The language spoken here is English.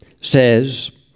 says